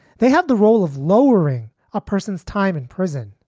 they had the role of lowering a person's time in prison.